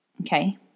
okay